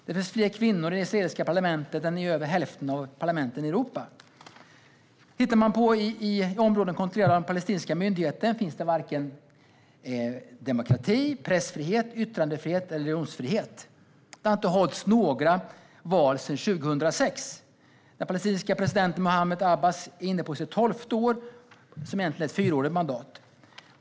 Det finns fler kvinnor i det israeliska parlamentet än vad det gör i över hälften av parlamenten i Europa. I de områden som kontrolleras av den palestinska myndigheten finns varken demokrati, pressfrihet, yttrandefrihet eller religionsfrihet. Det har inte hållits några val sedan 2006. Den palestinske presidenten Mahmoud Abbas är inne på sitt tolfte år, trots att han egentligen har ett fyraårigt mandat.